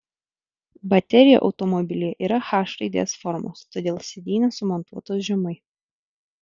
baterija automobilyje yra h raidės formos todėl sėdynės sumontuotos žemai